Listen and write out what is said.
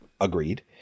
agreed